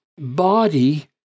body